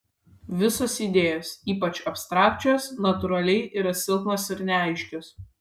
visos idėjos ypač abstrakčios natūraliai yra silpnos ir neaiškios